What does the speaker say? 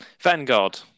Vanguard